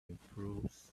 improves